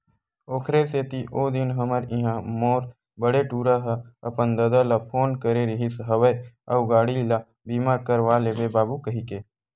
ओखरे सेती ओ दिन हमर इहाँ मोर बड़े टूरा ह अपन ददा ल फोन करे रिहिस हवय अउ गाड़ी ल बीमा करवा लेबे बाबू कहिके